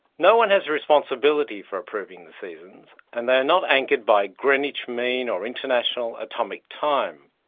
no-one has responsibility for approving the seasons, and they are not anchored by greenwich mean or international atomic time.